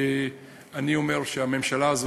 אני אומר שהממשלה הזו,